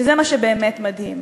שזה מה שבאמת מדהים.